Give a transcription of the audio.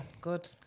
good